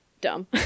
dumb